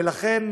ולכן,